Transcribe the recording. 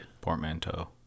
Portmanteau